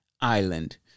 island